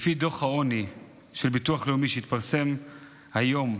לפי דוח העוני של הביטוח הלאומי שהתפרסם היום,